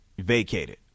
vacated